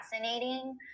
fascinating